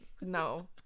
No